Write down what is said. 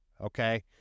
Okay